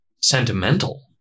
sentimental